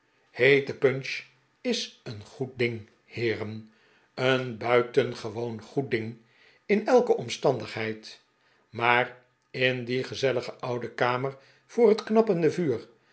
heete punch is een goed ding heeren een buitengewoon goed ding in elke omstaridigheid maar in die gezellige oude kamer voor het knappende vuur